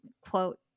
quote